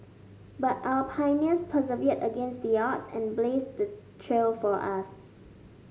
but our pioneers persevered against the odds and blazed the trail for us